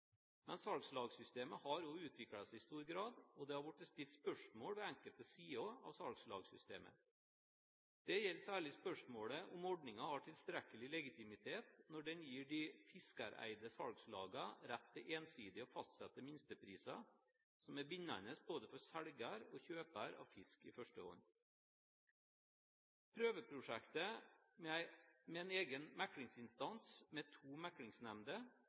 men salgslagssystemet har også utviklet seg i stor grad, og det har blitt stilt spørsmål ved enkelte sider av salgslagssystemet. Det gjelder særlig spørsmålet om ordningen har tilstrekkelig legitimitet når den gir de fiskereide salgslagene rett til ensidig å fastsette minstepriser som er bindende for både selger og kjøper av fisk i førstehånd. Prøveprosjektet med en egen meklingsinstans med to